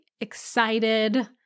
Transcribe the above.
excited